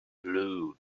lou